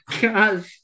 god